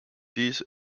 these